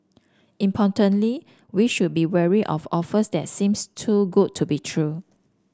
importantly we should be wary of offers that seems too good to be true